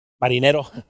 marinero